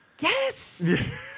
Yes